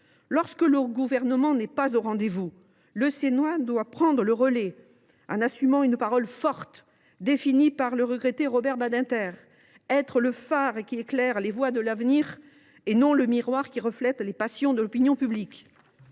Lorsque le Gouvernement n’est pas au rendez vous, le Sénat doit prendre le relais en assumant une parole forte et, comme l’a dit le regretté Robert Badinter, « être le phare qui éclaire les voies de l’avenir et non le miroir qui reflète les passions de l’opinion publique